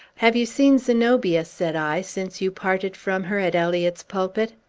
have you seen zenobia, said i, since you parted from her at eliot's pulpit?